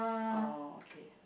oh okay